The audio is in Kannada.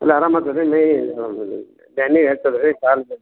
ಎಲ್ಲ ಆರಾಮ ಆತದ ರೀ ಮೈ ಬ್ಯಾನೆ ಹೆಚ್ಚದ ರೀ ಕಾಲು ಬ್ಯಾನೆ